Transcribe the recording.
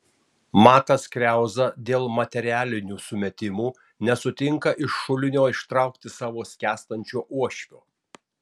matas kriauza dėl materialinių sumetimų nesutinka iš šulinio ištraukti savo skęstančio uošvio